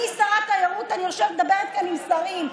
אני שרת תיירות, אני יושבת ומדברת כאן עם שרים.